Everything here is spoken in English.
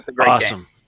awesome